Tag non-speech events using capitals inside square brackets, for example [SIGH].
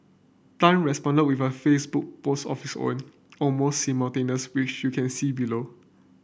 Tan responded with a Facebook post of his own almost [UNINTELLIGIBLE] which you can see below